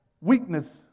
weakness